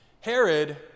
Herod